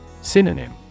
Synonym